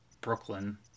Brooklyn